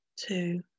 two